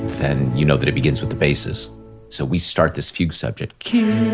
then you know that it begins with the bass's so we start this fugue subject.